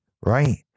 right